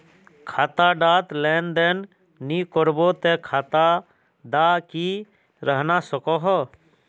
खाता डात लेन देन नि करबो ते खाता दा की रहना सकोहो?